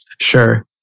Sure